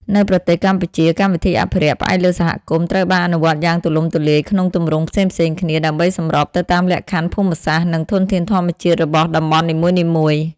នៅប្រទេសកម្ពុជា កម្មវិធីអភិរក្សផ្អែកលើសហគមន៍ ត្រូវបានអនុវត្តយ៉ាងទូលំទូលាយក្នុងទម្រង់ផ្សេងៗគ្នា ដើម្បីសម្របទៅតាមលក្ខខណ្ឌភូមិសាស្ត្រ និងធនធានធម្មជាតិរបស់តំបន់នីមួយៗ។